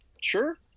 sure